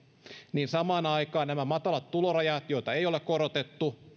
niin samaan aikaan nämä matalat tulorajat joita ei ole korotettu